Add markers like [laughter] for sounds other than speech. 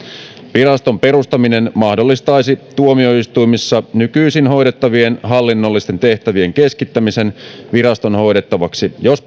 viraston perustaminen mahdollistaisi tuomioistuimissa nykyisin hoidettavien hallinnollisten tehtävien keskittämisen viraston hoidettavaksi jos [unintelligible]